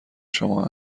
شما